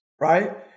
Right